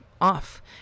off